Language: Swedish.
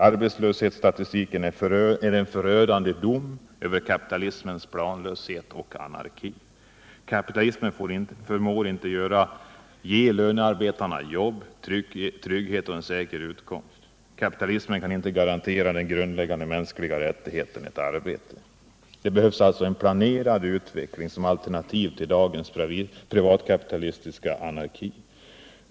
Arbetslöshetsstatistiken är en förödande dom över kapitalismens planlöshet och anarki. Kapitalismen förmår inte ge lönearbetarna jobb, trygghet och en säker utkomst. Kapitalismen kan inte garantera den grundläggande mänskliga rättigheten — ett arbete. Det behövs en planerad utveckling som alternativ till dagens privatkapitalistiska anarki.